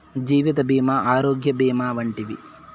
జీవిత భీమా ఆరోగ్య భీమా వంటివి